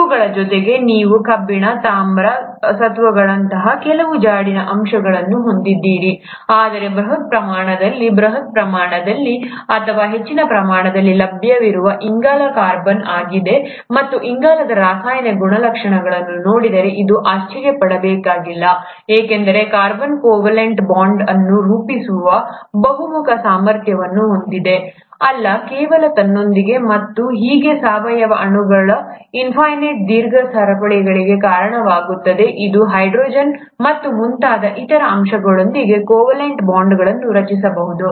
ಇವುಗಳ ಜೊತೆಗೆ ನೀವು ಕಬ್ಬಿಣ ತಾಮ್ರ ಸತುವುಗಳಂತಹ ಕೆಲವು ಜಾಡಿನ ಅಂಶಗಳನ್ನು ಹೊಂದಿದ್ದೀರಿ ಆದರೆ ಬೃಹತ್ ಪ್ರಮಾಣದಲ್ಲಿ ಬೃಹತ್ ಪ್ರಮಾಣದಲ್ಲಿ ಅಥವಾ ಹೆಚ್ಚಿನ ಪ್ರಮಾಣದಲ್ಲಿ ಲಭ್ಯವಿರುವ ಇಂಗಾಲವು ಕಾರ್ಬನ್ ಆಗಿದೆ ಮತ್ತು ಇಂಗಾಲದ ರಾಸಾಯನಿಕ ಗುಣಲಕ್ಷಣಗಳನ್ನು ನೋಡಿದರೆ ಅದು ಆಶ್ಚರ್ಯಪಡಬೇಕಾಗಿಲ್ಲ ಏಕೆಂದರೆ ಕಾರ್ಬನ್ ಕೋವೆಲೆಂಟ್ ಬಾಂಡ್ಗಳನ್ನು ರೂಪಿಸುವ ಬಹುಮುಖ ಸಾಮರ್ಥ್ಯವನ್ನು ಹೊಂದಿದೆ ಅಲ್ಲ ಕೇವಲ ತನ್ನೊಂದಿಗೆ ಮತ್ತು ಹೀಗೆ ಸಾವಯವ ಅಣುಗಳ ಇನ್ಫೈನೈಟ್ ದೀರ್ಘ ಸರಪಳಿಗಳಿಗೆ ಕಾರಣವಾಗುತ್ತದೆ ಇದು ಹೈಡ್ರೋಜನ್ ಮತ್ತು ಮುಂತಾದ ಇತರ ಅಂಶಗಳೊಂದಿಗೆ ಕೋವೆಲೆಂಟ್ ಬಾಂಡ್ಗಳನ್ನು ರಚಿಸಬಹುದು